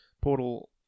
portal